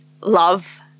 love